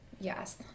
Yes